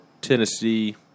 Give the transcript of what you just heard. Tennessee